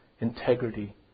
integrity